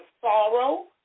sorrow